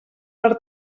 per